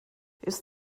ist